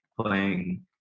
playing